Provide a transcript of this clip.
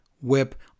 whip